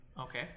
Okay